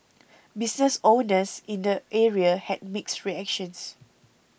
business owners in the area had mixed reactions